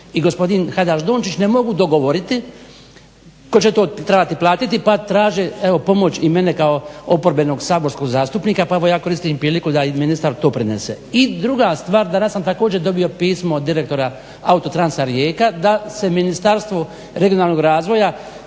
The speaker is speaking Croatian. i gospodin Hajdaš-Dončić ne mogu dogovoriti tko će to trebati platiti pa traže evo pomoć i mene kao oporbenog saborskog zastupnika. Pa evo ja koristim priliku da im ministar to prenese. I druga stvar, danas sam također dobio pismo od direktora AUTOTRANS-a RIJEKA da se Ministarstvo regionalnog razvoja